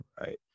Right